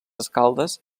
escaldes